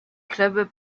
clubs